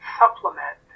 supplement